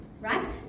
right